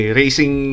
racing